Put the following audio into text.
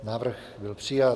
Návrh byl přijat.